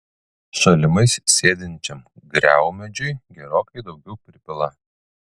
šalimais sėdinčiam griaumedžiui gerokai daugiau pripila